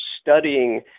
studying